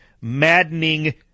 maddening